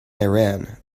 iran